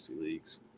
leagues